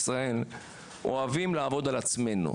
אוהבים לעבוד על עצמנו,